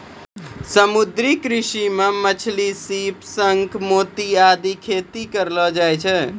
समुद्री कृषि मॅ मछली, सीप, शंख, मोती आदि के खेती करलो जाय छै